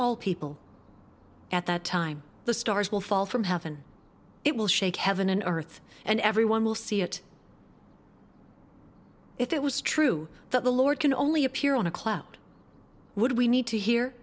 all people at that time the stars will fall from heaven it will shake heaven and earth and everyone will see it if it was true that the lord can only appear on a cloud would we need to hear